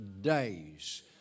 days